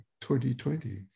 2020